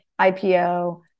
ipo